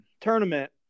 tournament